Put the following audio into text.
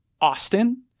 Austin